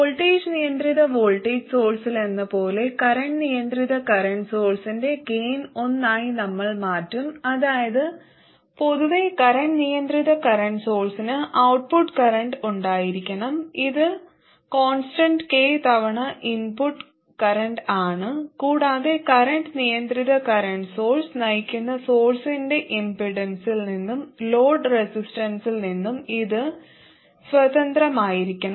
voltage നിയന്ത്രിത voltage സോഴ്സിലെന്നപോലെ current നിയന്ത്രിത കറന്റ് സോഴ്സിന്റെ ഗെയിൻ ഒന്നായി നമ്മൾ മാറ്റും അതായത് പൊതുവെ കറന്റ് നിയന്ത്രിത കറന്റ് സോഴ്സിന് ഔട്ട്പുട്ട് കറന്റ് ഉണ്ടായിരിക്കണം ഇത് കോൺസ്റ്റന്റ് k തവണ ഇൻപുട്ട് കറന്റാണ് കൂടാതെ കറന്റ് നിയന്ത്രിത കറന്റ് സോഴ്സ് നയിക്കുന്ന സോഴ്സിന്റെ ഇമ്പിടൻസിൽ നിന്നും ലോഡ് റെസിസ്റ്റൻസിൽ നിന്നും ഇത് സ്വതന്ത്രമായിരിക്കണം